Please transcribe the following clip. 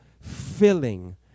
filling